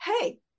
hey